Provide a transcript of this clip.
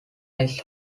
ice